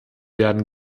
werden